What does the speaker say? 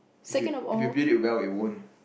if you if you build it well it won't